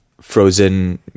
frozen